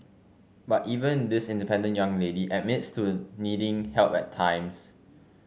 but even this independent young lady admits to needing help at times